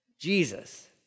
Jesus